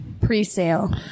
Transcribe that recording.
pre-sale